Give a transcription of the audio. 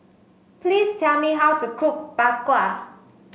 please tell me how to cook Bak Kwa